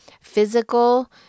physical